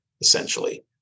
essentially